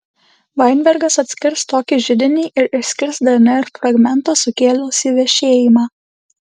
vainbergas atskirs tokį židinį ir išskirs dnr fragmentą sukėlusį vešėjimą